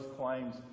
claims